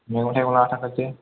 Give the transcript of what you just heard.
मैगं थायगं लाखाजोबनोसै